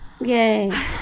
Yay